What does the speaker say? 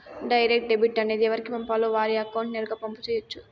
direct debit అనేది ఎవరికి పంపాలో వారి అకౌంట్ నేరుగా పంపు చేయొచ్చు